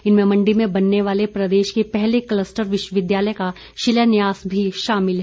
इनमें मंडी में बनने वाले प्रदेश के पहले कलस्टर विश्वविद्यालय का शिलान्यास भी शामिल है